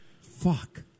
Fuck